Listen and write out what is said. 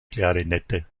klarinette